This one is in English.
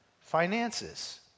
Finances